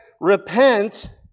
repent